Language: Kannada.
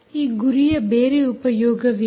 ಈ ಗುರಿಯ ಬೇರೆ ಉಪಯೋಗವೇನು